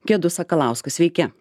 gedu sakalausku sveiki